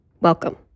Welcome